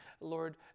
Lord